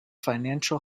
financial